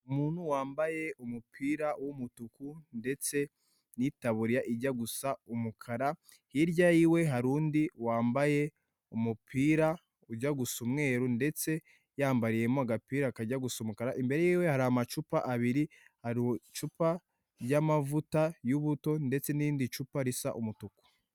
Umuntu wambaye umupira w'umutuku ndetse n'itaburiya ijya gusa umukara, hirya yiwe hari undi wambaye umupira ujya gusa umweru, ndetse yambariyemo agapira kakajya gusa umukara, imbere yiwe hari amacupa abiri, hari icupa ry'amavuta y'ubuto, ndetse n'irindi cupa risa umutuku.